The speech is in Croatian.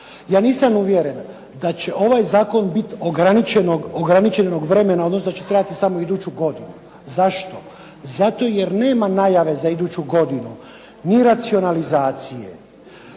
Ja nisam uvjeren da će ovaj zakon biti ograničenog vremena odnosno da će trajati samo iduću godinu. Zašto? Zato jer nema najave za iduću godinu ni racionalizacije